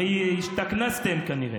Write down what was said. הרי השתכנזתם כנראה.